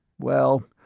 well,